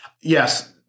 Yes